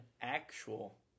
actual